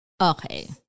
Okay